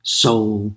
soul